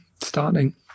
starting